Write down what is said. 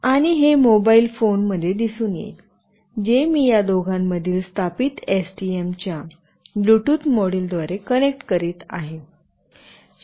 आणि हे mobile phone मध्ये दिसून येईल जे मी या दोघांमधील स्थापित एसटीएम च्या ब्लूटूथ मॉड्यूलद्वारे कनेक्ट करीत आहे